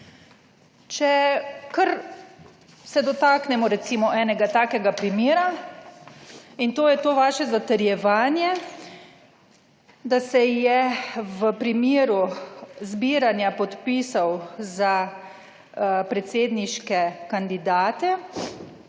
Kar se dotaknemo recimo enega takega primera, in to je to vaše zatrjevanje, da se je v primeru zbiranja podpisov za predsedniške kandidate